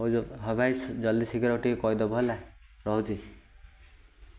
ହଉ ଭାଇ ଜଲ୍ଦି ଶୀଘ୍ର ଟିକେ କହିଦେବ ହେଲା ରହୁଛି